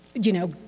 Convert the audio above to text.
you know,